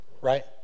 right